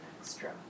extra